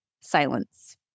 Silence